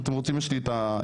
אם אתם רוצים, יש לי את כל